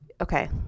okay